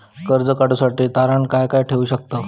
कर्ज काढूसाठी तारण काय काय ठेवू शकतव?